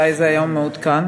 אולי זה היום מעודכן.